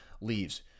leaves